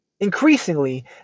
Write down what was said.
Increasingly